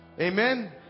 Amen